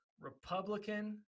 Republican